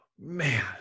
Man